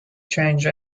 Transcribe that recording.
change